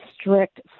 strict